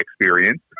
experience